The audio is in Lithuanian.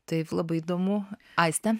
taip labai įdomu aiste